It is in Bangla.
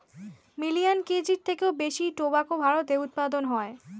মিলিয়ান কেজির থেকেও বেশি টোবাকো ভারতে উৎপাদন হয়